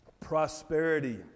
prosperity